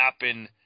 happen